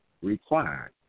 required